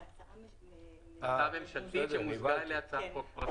זו הצעה ממשלתית --- הצעה ממשלתית צמודה להצעת חוק פרטית.